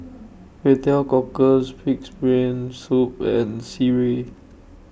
Kway Teow Cockles Pig'S Brain Soup and Sireh